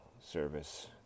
service